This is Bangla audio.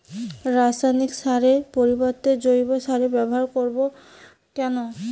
রাসায়নিক সারের পরিবর্তে জৈব সারের ব্যবহার করব কেন?